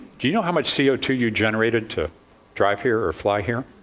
do you know how much c o two you generated to drive here or fly here?